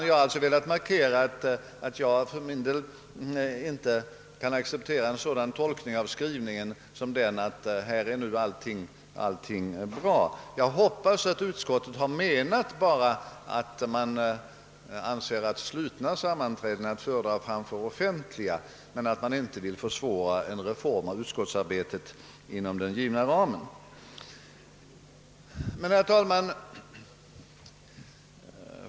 Jag har alltså velat markera att jag för min del inte kan acceptera en tolkning av skrivningen som går ut på att allting är bra. Jag hoppas bara att utskottet har menat att uteslutande sammanträden av slutet slag är att föredra framför möjlighet till offentliga men att man inte vill försvåra en reform av utskottsarbetet inom den givna ramen. Herr talman!